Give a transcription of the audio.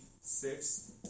six